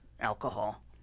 alcohol